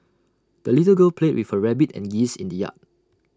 the little girl played with her rabbit and geese in the yard